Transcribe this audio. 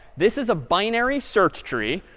this is a binary search tree.